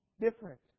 different